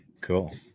Cool